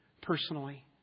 personally